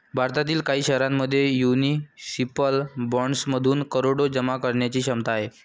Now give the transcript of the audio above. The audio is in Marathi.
भारतातील काही शहरांमध्ये म्युनिसिपल बॉण्ड्समधून करोडो जमा करण्याची क्षमता आहे